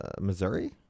Missouri